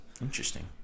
Interesting